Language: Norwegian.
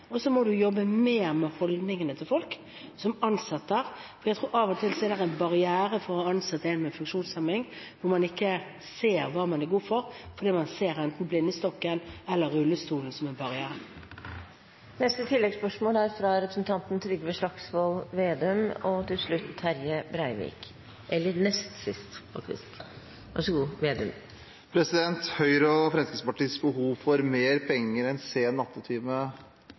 og vi må jobbe mer med holdningene til folk som ansetter. Av og til er det en barriere for å ansette en med funksjonshemming at man ikke ser hva vedkommende er god for – man ser enten blindestokken eller rullestolen som en barriere. Trygve Slagsvold Vedum – til oppfølgingsspørsmål. Høyre og